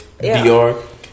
DR